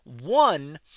one